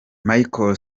michael